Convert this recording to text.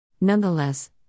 Nonetheless